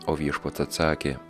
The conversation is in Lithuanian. o viešpats atsakė